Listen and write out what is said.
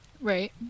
right